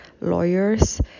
lawyers